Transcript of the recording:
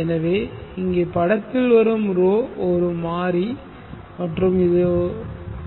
எனவேஇங்கே படத்தில் வரும் ρ ஒரு மாறி மற்றும் இது